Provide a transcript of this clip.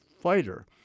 fighter